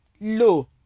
Lo